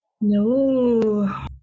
No